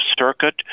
circuit